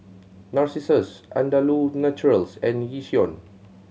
Narcissus Andalou Naturals and Yishion